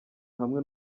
hamwe